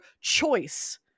choice